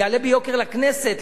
יעלה ביוקר לכנסת,